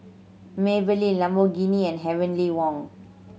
Maybelline Lamborghini and Heavenly Wang